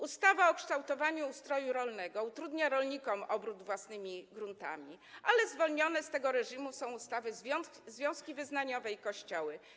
Ustawa o kształtowaniu ustroju rolnego utrudnia rolnikom obrót własnymi gruntami, ale zwolnione z tego reżimu ustawy są związki wyznaniowe i Kościoły.